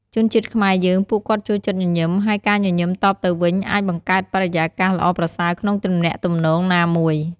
ជនជាតិខ្មែរយើងពួកគាត់ចូលចិត្តញញឹម ហើយការញញឹមតបទៅវិញ អាចបង្កើតបរិយាកាសល្អប្រសើរក្នុងទំនាក់ទំនងណាមួយ។